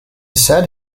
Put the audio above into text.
said